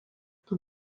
tuo